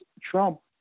Trump